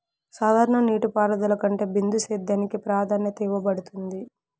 సాధారణ నీటిపారుదల కంటే బిందు సేద్యానికి ప్రాధాన్యత ఇవ్వబడుతుంది